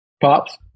Pops